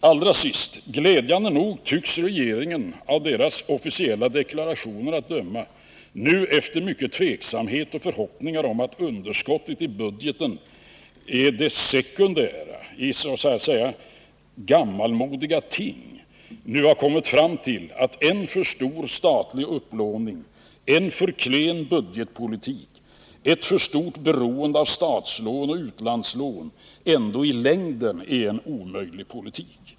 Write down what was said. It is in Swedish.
Allra sist: Glädjande nog tycks regeringen, av de officiella deklarationerna att döma, nu efter mycken tveksamhet och förhoppningar om att underskott i budgeten är sekundära och gammalmodiga ting, ha kommit fram till att en för stor statlig upplåning, en för klen budgetpolitik, ett för stort beroende av statslån och utlandslån i längden är en omöjlig politik.